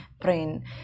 Brain